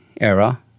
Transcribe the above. era